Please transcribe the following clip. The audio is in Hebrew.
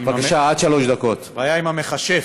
בעיה עם המכשף.